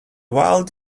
wild